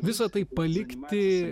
visa tai palikti